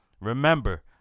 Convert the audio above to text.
remember